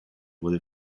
wurde